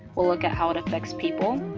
we'll look at how it affects people,